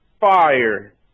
fire